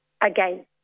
again